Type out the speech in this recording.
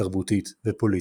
תרבותית ופוליטית.